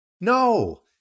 No